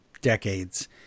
decades